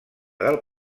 del